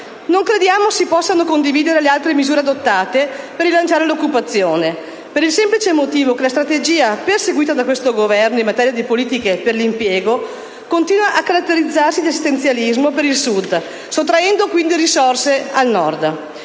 non crediamo si possano condividere le altre misure adottate per rilanciare l'occupazione, per il semplice motivo che la strategia perseguita da questo Governo in materia di politiche per l'impiego continua a caratterizzarsi di assistenzialismo per il Sud, sottraendo quindi risorse al Nord.